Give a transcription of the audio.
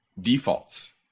defaults